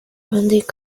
handik